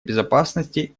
безопасности